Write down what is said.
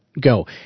Go